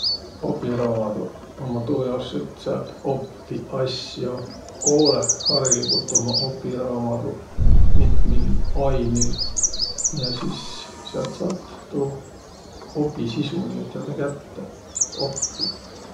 Opiraamaduq ummaq tuujaos, et säält oppiq asjo. Koolõh hariligult ummaq opiraamaduq mitmil ainil ja sis säält saat tuu opisisu niiüteldäq kätte, et saat oppiq.